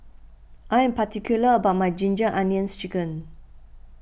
I am particular about my Ginger Onions Chicken